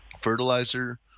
fertilizer